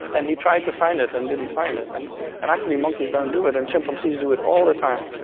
and he tried to find it and didn't find it, and and actually monkeys don't do it, and chimpanzees do it all the time.